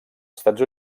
estats